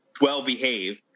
well-behaved